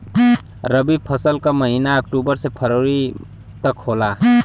रवी फसल क महिना अक्टूबर से फरवरी तक होला